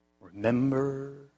Remember